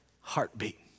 heartbeat